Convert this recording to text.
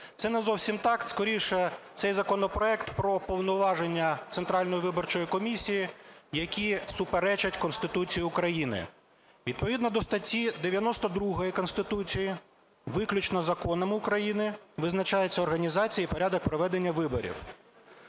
Це не зовсім так, скоріше цей законопроект про повноваження Центральної виборчої комісії, які суперечать Конституції України. Відповідно до статті 92 Конституції виключно законами України визначається організація і порядок проведення виборів.